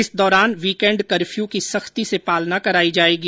इस दौरान weekend curfew की सख्ती से पालना कराई जाएगी